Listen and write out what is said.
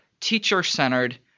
teacher-centered